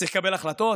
צריך לקבל החלטות.